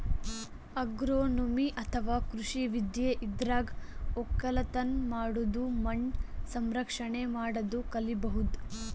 agronomy ಅಥವಾ ಕೃಷಿ ವಿದ್ಯೆ ಇದ್ರಾಗ್ ಒಕ್ಕಲತನ್ ಮಾಡದು ಮಣ್ಣ್ ಸಂರಕ್ಷಣೆ ಮಾಡದು ಕಲಿಬಹುದ್